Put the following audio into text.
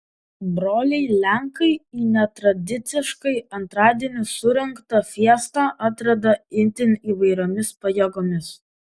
broliai lenkai į netradiciškai antradienį surengtą fiestą atrieda itin įvairiomis pajėgomis